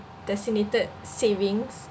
designated savings